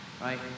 right